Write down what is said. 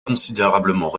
considérablement